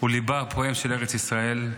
לבה הפועם של ארץ ישראל,